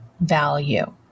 value